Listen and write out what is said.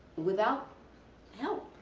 without help,